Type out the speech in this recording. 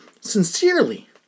sincerely